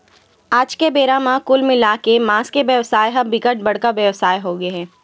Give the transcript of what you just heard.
आज के बेरा म कुल मिलाके के मांस के बेवसाय ह बिकट बड़का बेवसाय होगे हे